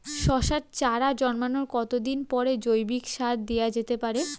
শশার চারা জন্মানোর কতদিন পরে জৈবিক সার দেওয়া যেতে পারে?